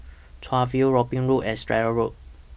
Chuan View Robin Road and Stratton Road